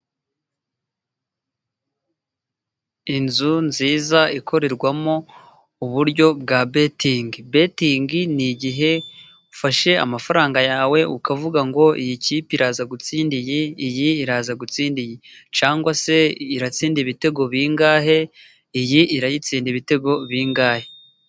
Inzu nziza ikorerwamo uburyo bwa betingi. Betingi ni igihe ufashe amafaranga yawe ukavuga ngo iyi kipe iraza gutsinda iyi, iyi iraza gutsinda iyi, cyangwa se iratsinda ibitego bingahe, iyi irayitsinda ibitego bingahe.